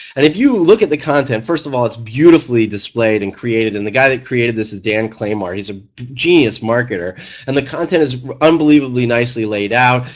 and if you look at the content, first of all its beautifully displayed and created and the guy who created this is dan claymore, he's a genius marketer and the content is unbelievably nicely laid out.